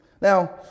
Now